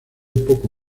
poco